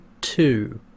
two